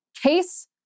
Case